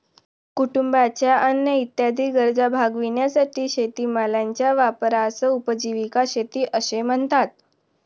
कुटुंबाच्या अन्न इत्यादी गरजा भागविण्यासाठी शेतीमालाच्या वापरास उपजीविका शेती असे म्हणतात